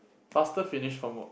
faster finish homework